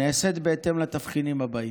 נעשית בהתאם לתבחינים האלה: